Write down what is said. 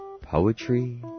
poetry